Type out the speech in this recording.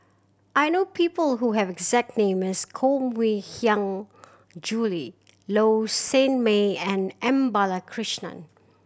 I know people who have the exact name as Koh Mui Hiang Julie Low Sanmay and M Balakrishnan